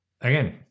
again